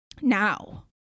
now